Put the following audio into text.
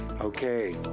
Okay